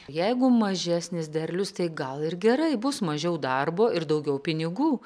jeigu mažesnis derlius tai gal ir gerai bus mažiau darbo ir daugiau pinigų